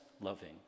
loving